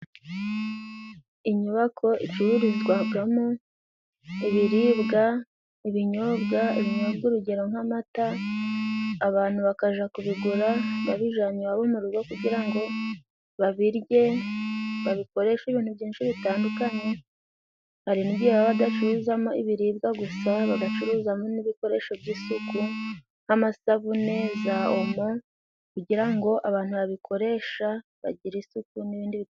Inyubako icururizwagamo ibiribwa, ibinyobwa, ibinyobwa urugero nk'amata abantu bakaja kubigura barijanye iwabo mu rugo kugira ngo babirye, babikoreshe ibintu byinshi bitandukanye hari n'igihe baba badacuzamo ibiribwa gusa, bagacuruzamo n'ibikoresho by'isuku, n'amasabune za omo, kugira ngo abantu babikoresha bagire isuku n'indi.